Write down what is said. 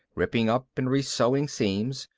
ripping up and resewing seams,